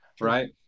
right